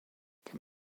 can